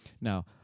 Now